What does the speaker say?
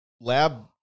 lab